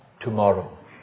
Tomorrow